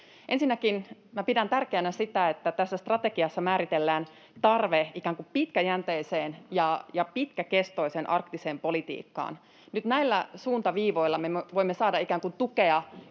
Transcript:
Ensinnäkin minä pidän tärkeänä sitä, että tässä strategiassa määritellään tarve ikään kuin pitkäjänteiseen ja pitkäkestoiseen arktiseen politiikkaan. Nyt näillä suuntaviivoilla me voimme saada ikään kuin tukea